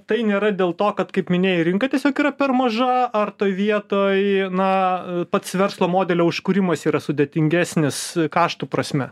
tai nėra dėl to kad kaip minėjai rinka tiesiog yra per maža ar toj vietoj na pats verslo modelio užkūrimas yra sudėtingesnis kaštų prasme